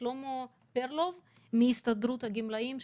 שלמה פרלוב מהסתדרות הגמלאים,